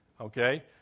Okay